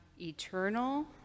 eternal